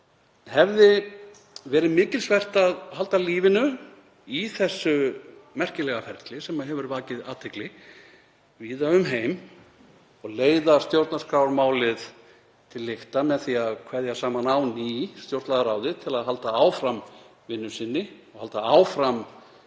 hefði verið mikilsvert að halda lífinu í þessu merkilega ferli sem hefur vakið athygli víða um heim og leiða stjórnarskrármálið til lykta með því að kveðja saman á ný stjórnlagaráðið til að halda áfram vinnu sinni, halda áfram